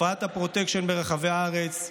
תופעת הפרוטקשן ברחבי הארץ,